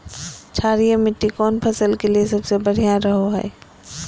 क्षारीय मिट्टी कौन फसल के लिए सबसे बढ़िया रहो हय?